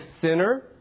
sinner